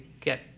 get